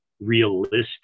realistic